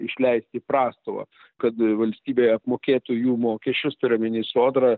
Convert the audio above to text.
išleist į prastovą kad valstybė apmokėtų jų mokesčius turiu omeny sodrą